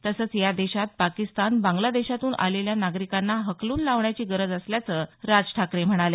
तसंच या देशात पाकिस्तान बांग्लादेशातून आलेल्या नागरिकांना हकलून लावण्याची गरज असल्याचं राज ठाकरे म्हणाले